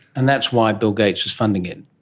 and that's why bill gates is funding it?